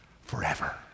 forever